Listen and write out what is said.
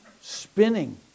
spinning